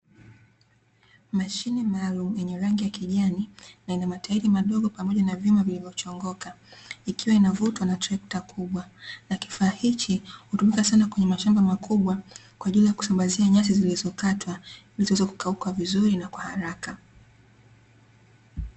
Mashine maalum yenye rangi ya kijani na ina matairi madogo pamoja na vyuma vilivyo chongoka, ikiwa inavutwa na trekta kubwa na kifaa hichi hutumika sana kwenye mashamba makubwa, kwa ajili ya kusambazia nyasi zilizo katwa ili ziweze kukauka vizuri na kwa haraka.